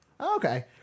Okay